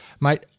mate